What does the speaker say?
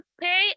pay